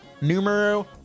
numero